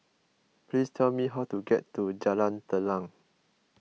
please tell me how to get to Jalan Telang